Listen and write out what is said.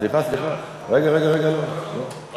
סליחה, סליחה, רגע, רגע, לא, לא.